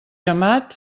gemat